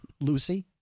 Lucy